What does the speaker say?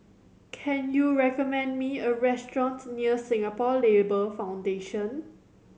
can you recommend me a restaurant near Singapore Labour Foundation